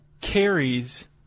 carries